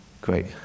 Great